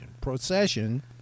procession